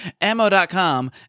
Ammo.com